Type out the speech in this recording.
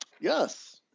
Yes